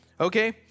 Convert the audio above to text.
okay